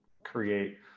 create